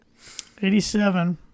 87